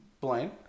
Blaine